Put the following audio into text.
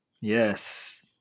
Yes